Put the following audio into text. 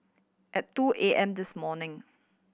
at two A M this morning